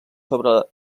sobre